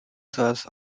serves